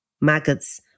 Maggots